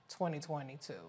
2022